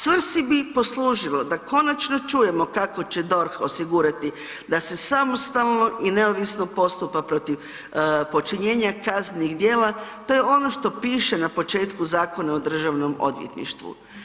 Svrsi bi poslužilo da konačno čujemo kako će DORH osigurati da se samostalno i neovisno postupa protiv počinjenja kaznenih dijela, to je ono što piše na početku Zakona o Državnom odvjetništvu.